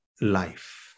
life